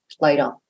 later